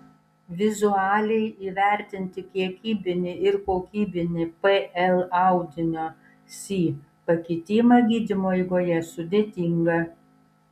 vizualiai įvertinti kiekybinį ir kokybinį pl audinio si pakitimą gydymo eigoje sudėtinga